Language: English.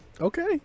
okay